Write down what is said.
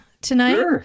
tonight